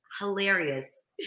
hilarious